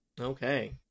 Okay